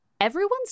everyone's